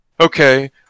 okay